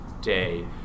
day